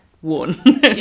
one